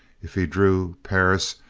if he drew, perris,